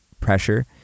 pressure